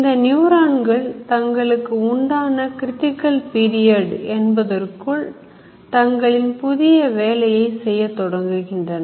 இந்த நியூரான்கள் தங்களுக்கு உண்டான கிரிட்டிக்கல் பீரியட் என்பதற்குள் தங்களின் புதிய வேலையை செய்யத் தொடங்குகின்றன